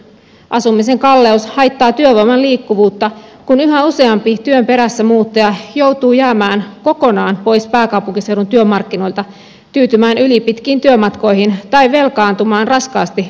asumisen kalleus haittaa työvoiman liikkuvuutta kun yhä useampi työn perässä muuttaja joutuu jäämään kokonaan pois pääkaupunkiseudun työmarkkinoilta tyytymään ylipitkiin työmatkoihin tai velkaantumaan raskaasti muuttamisen seurauksena